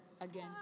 again